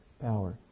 power